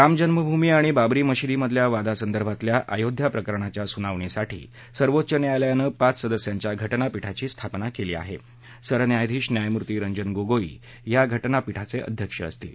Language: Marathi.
रामजन्मभूमी आणि बाबरी मशीदीमधल्या वादासंदर्भातल्या आयोध्या प्रकरणाच्या सुनावणीसाठी सर्वोच्च न्यायालयानं पाच सदस्यांच्या घटनापीठाची स्थापना कली आह जिरन्यायाधीश न्यायमूर्ती रंजन गोगोई हखी घटनापीठाच खिध्यक्ष असतील